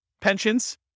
Pensions